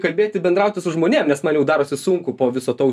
kalbėti bendrauti su žmonėm nes man darosi sunku po viso to